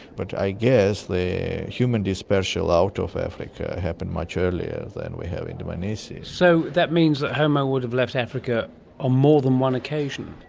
but i guess the human dispersal out of africa happened much earlier than we have in dmanisi. so that means that homo would have left africa on ah more than one occasion.